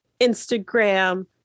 Instagram